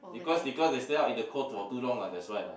because because they stay up in the cold for too long lah that's why lah